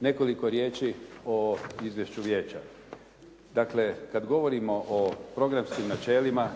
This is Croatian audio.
Nekoliko riječi o izvješću vijeća. Dakle, kad govorimo o programskim načelima